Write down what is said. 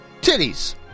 Titties